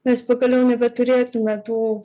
mes pagaliau nebeturėtume tų